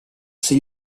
ses